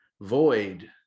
void